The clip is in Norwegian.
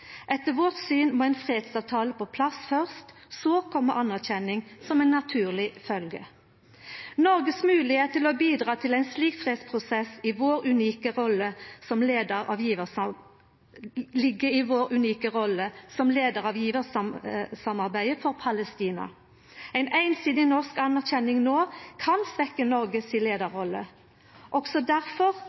Etter vårt syn må ein fredsavtale på plass først, så kjem anerkjenning som ei naturleg følgje. Noreg si moglegheit til å bidra til ein slik fredsprosess ligg i vår unike rolle som leiar av gjevarsamarbeidet for Palestina. Ei einsidig norsk anerkjenning no kan svekkja leiarrolla til Noreg. Også